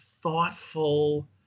thoughtful